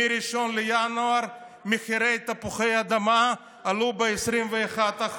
מ-1 בינואר מחירי תפוחי האדמה עלו ב-21%,